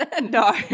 No